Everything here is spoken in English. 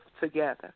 together